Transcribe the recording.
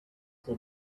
will